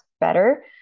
better